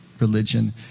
religion